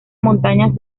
montañas